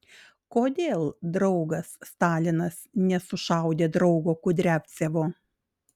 kodėl draugas stalinas nesušaudė draugo kudriavcevo